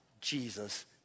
Jesus